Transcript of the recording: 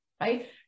right